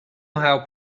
how